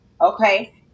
okay